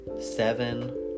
seven